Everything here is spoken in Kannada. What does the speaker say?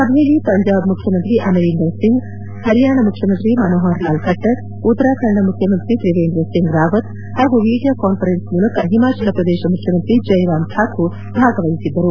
ಸಭೆಯಲ್ಲಿ ಪಂಜಾಬ್ ಮುಖ್ಯಮಂತ್ರಿ ಅಮರೀಂದರ್ ಸಿಂಗ್ ಹರಿಯಾಣ ಮುಖ್ಯಮಂತ್ರಿ ಮನೋಹರ್ ಲಾಲ್ ಕಟ್ಟರ್ ಉತ್ತರಾಖಂಡ ಮುಖ್ಯಮಂತ್ರಿ ತ್ರಿವೇಂದ್ರ ಸಿಂಗ್ ರಾವತ್ ಹಾಗೂ ವೀಡಿಯೋ ಕಾನ್ಫರೆನ್ಸ್ ಮೂಲಕ ಹಿಮಾಚಲ ಪ್ರದೇಶ ಮುಖ್ಚಮಂತ್ರಿ ಜೈರಾಮ್ ಠಾಕೂರ್ ಭಾಗವಹಿಸಿದ್ದರು